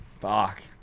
fuck